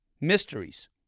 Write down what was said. mysteries